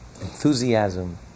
enthusiasm